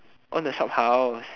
own a shophouse